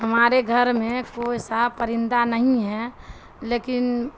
ہمارے گھر میں پوئیسا پرندہ نہیں ہے لیکن